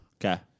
Okay